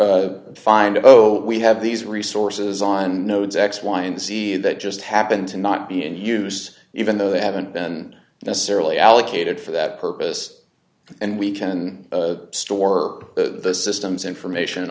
simply find oh we have these resources on nodes x y and z that just happen to not be in use even though they haven't been necessarily allocated for that purpose and we can store the system's information